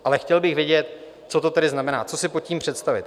Ale chtěl bych vědět, co to tedy znamená, co si pod tím představit.